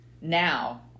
Now